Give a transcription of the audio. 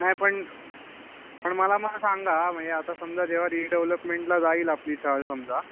नाही पण पण मला मग सांगा मये आता म्हणजे रिडेव्हलोपमेंटला जाईल आपली चाळ समजा